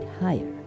higher